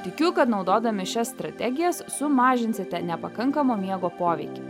tikiu kad naudodami šias strategijas sumažinsite nepakankamo miego poveikį